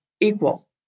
equal